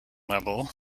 level